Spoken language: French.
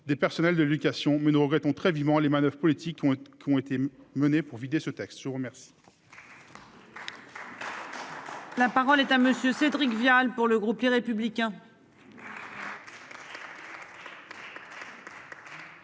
des personnels de éducation mais nous regrettons très vivement les manoeuvres politiques qui ont qui ont été menées pour vider ce texte. Je vous remercie.